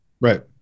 Right